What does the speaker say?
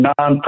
nonprofit